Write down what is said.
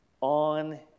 on